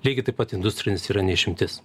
lygiai taip pat industrinis yra ne išimtis